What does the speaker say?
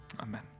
Amen